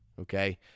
Okay